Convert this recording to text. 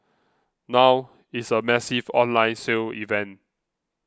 now it's a massive online sale event